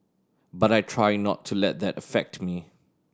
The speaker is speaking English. but I try not to let that affect me